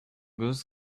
was